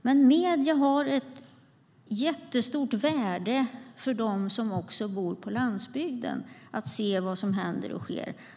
Men medierna har ett jättestort värde även för dem som bor på landsbygden, för att se vad som händer och sker.